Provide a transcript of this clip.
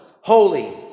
holy